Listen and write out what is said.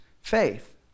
faith